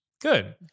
Good